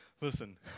listen